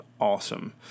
awesome